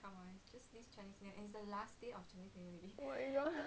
oh my god